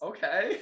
Okay